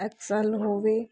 XL ਹੋਵੇ